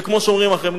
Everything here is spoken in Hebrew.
וכמו שאומרים אחרים,